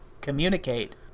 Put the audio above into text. Communicate